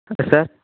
okay sir